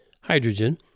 hydrogen